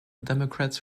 democrats